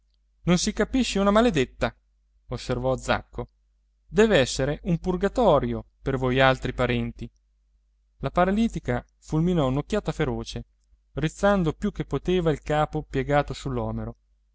non si capisce una maledetta osservò zacco deve essere un purgatorio per voialtri parenti la paralitica fulminò un'occhiata feroce rizzando più che poteva il capo piegato sull'omero